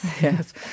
Yes